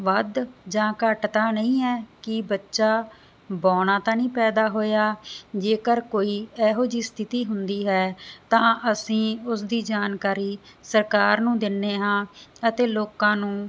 ਵੱਧ ਜਾਂ ਘੱਟ ਤਾਂ ਨਹੀਂ ਹੈ ਕੀ ਬੱਚਾ ਬੋਨਾ ਤਾਂ ਨਹੀਂ ਪੈਦਾ ਹੋਇਆ ਜੇਕਰ ਕੋਈ ਇਹੋ ਜਿਹੀ ਸਥਿਤੀ ਹੁੰਦੀ ਹੈ ਤਾਂ ਅਸੀਂ ਉਸਦੀ ਜਾਣਕਾਰੀ ਸਰਕਾਰ ਨੂੰ ਦਿੰਨੇ ਹਾਂ ਅਤੇ ਲੋਕਾਂ ਨੂੰ